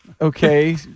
okay